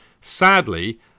Sadly